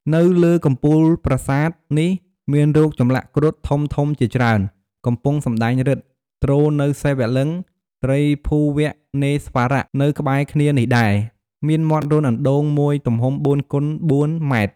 នៅលើកំពូលប្រាសាទនេះ មានរូបចំលាក់គ្រុឌ ធំៗជាច្រើន កំពុងសំដែងឫទ្ធិ ទ្រនូវសិវលឹង្គ ត្រីភូវនេស្វរៈ នៅក្បែរគ្នានេះដែរ មានមាត់រន្ធអណ្តូង មួយទំហំ ៤ គុណ ៤ ម៉ែត្រ។